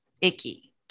icky